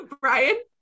Brian